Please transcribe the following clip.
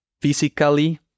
physically